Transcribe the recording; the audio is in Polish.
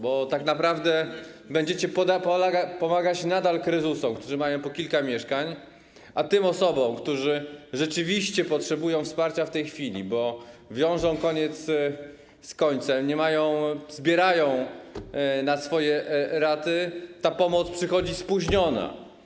Bo tak naprawdę będziecie pomagać nadal krezusom, którzy mają po kilka mieszkań, a w przypadku tych osób, którzy rzeczywiście potrzebują wsparcia w tej chwili, bo wiążą koniec z końcem, zbierają na swoje raty, ta pomoc przychodzi spóźniona.